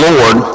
Lord